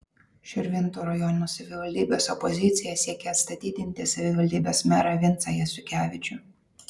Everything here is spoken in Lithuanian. širvintų rajono savivaldybės opozicija siekia atstatydinti savivaldybės merą vincą jasiukevičių